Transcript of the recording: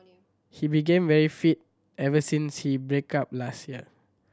he became very fit ever since he break up last year